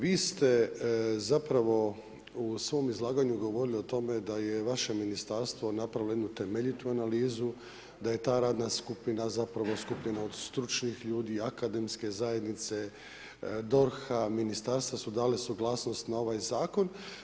Vi ste zapravo u svom izlaganju govorili o tome da je vaše ministarstvo napravilo jednu temeljitu analizu, da je ta radna skupina zapravo skupina od stručnih ljudi, akademske zajednice, DORH-a, ministarstva su dale suglasnost na ovaj zakon.